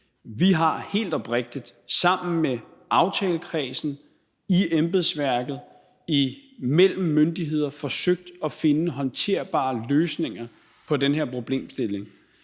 det her – helt oprigtigt sammen med aftalekredsen, i embedsværket og myndigheder imellem forsøgt at finde håndterbare løsninger på den her problemstilling.